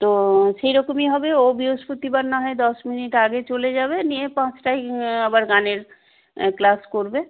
তো সেই রকমই হবে ও বৃহস্পতিবার না হয় দশ মিনিট আগে চলে যাবে নিয়ে পাঁচটায় আবার গানের ক্লাস করবে